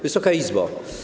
Wysoka Izbo!